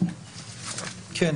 אנחנו